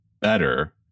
better